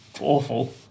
awful